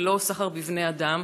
ולא סחר בבני אדם,